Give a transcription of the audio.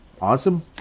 awesome